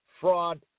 Fraud